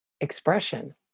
expression